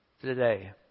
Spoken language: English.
today